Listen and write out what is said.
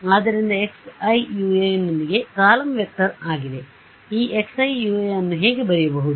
ಆದ್ದರಿಂದ xiui ನೊಂದಿಗೆ column vector ಆಗಿದೆ ಈ xiui ಅನ್ನು ಹೇಗೆ ಬರೆಯುವುದು